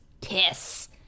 piss